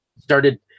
started